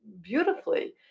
Beautifully